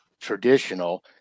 traditional